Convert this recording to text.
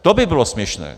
To by bylo směšné.